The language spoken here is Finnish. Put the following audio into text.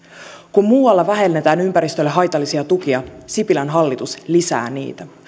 kun muualla vähennetään ympäristölle haitallisia tukia sipilän hallitus lisää niitä